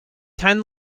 ten